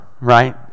right